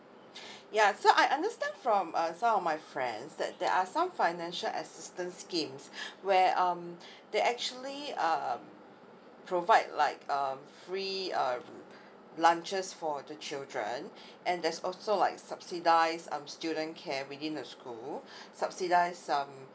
ya so I understand from uh some of my friends that there are some financial assistance schemes where um they actually um provide like um free uh lunches for the children and there's also like subsidise um student care within the school subsidise um